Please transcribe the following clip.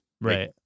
right